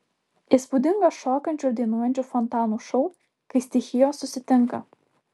įspūdingas šokančių ir dainuojančių fontanų šou kai stichijos susitinka